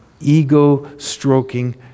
ego-stroking